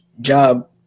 job